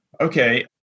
okay